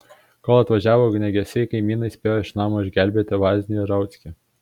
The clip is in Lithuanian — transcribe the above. kol atvažiavo ugniagesiai kaimynai spėjo iš namo išgelbėti vaznį ir rauckį